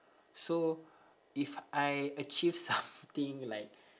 so if I achieve something like